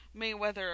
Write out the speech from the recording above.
Mayweather